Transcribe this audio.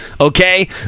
okay